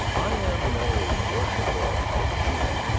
i am no worshipper of hygeia,